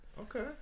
Okay